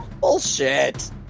Bullshit